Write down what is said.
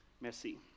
Merci